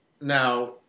Now